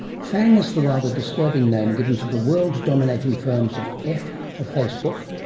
fang is the rather disturbing name given to the world dominating firms of f for facebook,